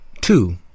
two